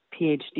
PhD